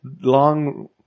long